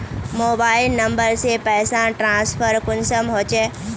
Mobile number से पैसा transfer कुंसम होचे?